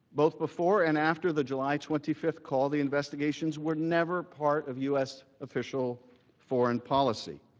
both before and after the july twenty five call, the investigations were never part of u s. official foreign policy.